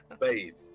bathe